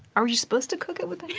are you supposed to cook it with